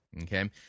Okay